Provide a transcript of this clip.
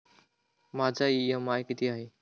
माझा इ.एम.आय किती आहे?